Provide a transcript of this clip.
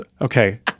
okay